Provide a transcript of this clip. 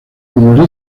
como